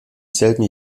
selben